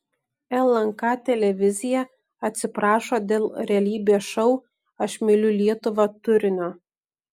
lnk televizija atsiprašo dėl realybės šou aš myliu lietuvą turinio